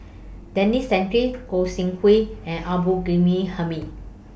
Denis Santry Goi Seng Hui and Abdul Ghani Hamid